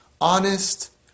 honest